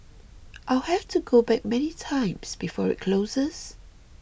I'll have to go back many times before it closes